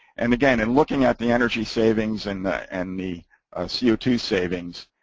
and again, and looking at the energy savings and the and the ah c o two savings,